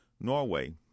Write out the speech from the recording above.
Norway